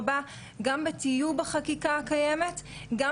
אפילו כלי הדיווח הם לא חשים שזה מספיק מונגש להם,